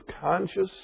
conscious